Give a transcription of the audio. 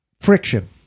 Friction